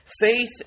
faith